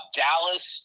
dallas